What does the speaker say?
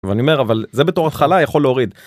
ואני אומר אבל זה בתור התחלה יכול להוריד.